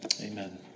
Amen